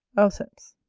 auceps